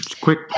Quick